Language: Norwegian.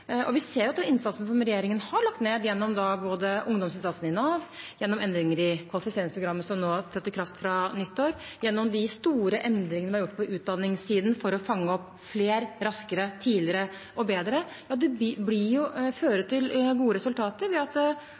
Vi ser at innsatsen som regjeringen har lagt ned, både gjennom ungdomsinnsatsen i Nav, gjennom endringer i kvalifiseringsprogrammet som nå trådte i kraft fra nyttår, og gjennom de store endringene vi har gjort på utdanningssiden for å fange opp flere raskere, tidligere og bedre, fører til gode resultater ved at